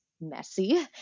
messy